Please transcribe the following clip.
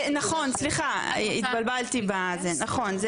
נכון סליחה התבלבלתי נכון,